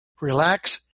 Relax